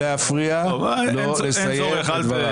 סימון, לא להפריע לו לסיים את דבריו.